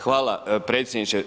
Hvala predsjedniče.